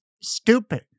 stupid